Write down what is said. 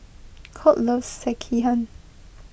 Colt loves Sekihan